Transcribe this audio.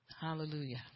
Hallelujah